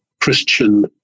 Christian